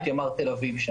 את ימ"ר תל אביב.